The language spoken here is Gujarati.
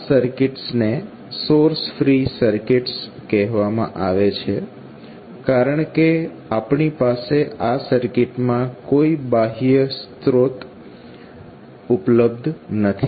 આ સર્કિટ્સને સોર્સ ફ્રી સર્કિટ્સ કહેવામાં આવે છે કારણ કે આપણી પાસે આ સર્કિટમાં કોઈ બાહ્ય સોર્સ ઉપલબ્ધ નથી